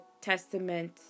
testament